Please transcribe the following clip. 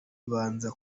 ubanza